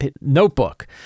notebook